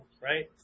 right